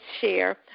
share